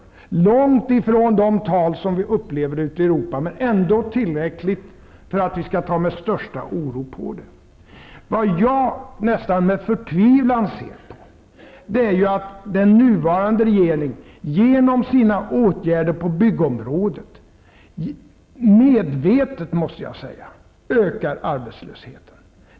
Det var långt ifrån de tal som vi upplever ute i Europa, men ändå tillräckligt för att vi skulle känna största oro för detta. Det jag nästan med förtvivlan ser, är att den nuvarande regeringen, genom sina åtgärder på byggområdet, medvetet, måste jag säga, ökar arbetslösheten.